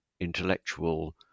intellectual